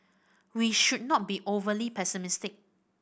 we should not be overly pessimistic